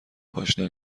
پاشنه